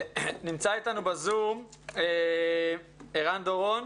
נמצא אתנו בזום ערן דורון,